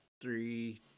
three